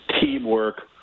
teamwork